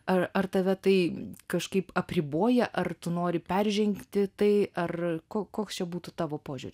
ar ar tave tai kažkaip apriboja ar tu nori peržengti tai ar ko koks čia būtų tavo požiūris